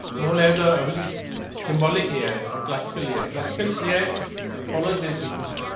known as the ability symbolic ai of classical ai. classical ai follows this principle